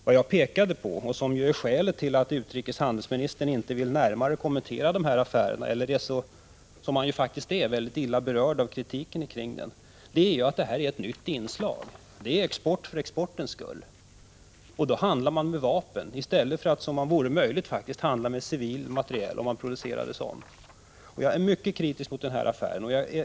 Vad jag påpekade — och det är skälet till att utrikeshandelsministern inte närmare vill kommentera affären och till att han faktiskt är så illa berörd av det hela —är ju att detta är ett nytt inslag, nämligen export för exportens skull. Nu handlar man med vapen i stället för att, som faktiskt vore möjligt, handla med civil materiel om sådan producerades. Jag är mycket kritisk mot den här affären som den presenterats.